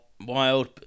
wild